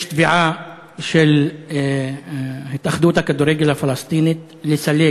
יש תביעה של התאחדות הכדורגל הפלסטינית לסלק